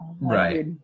Right